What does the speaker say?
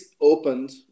opened